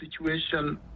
situation